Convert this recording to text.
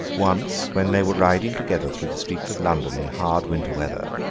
once, when they were riding together through the streets of london in hard winter weather,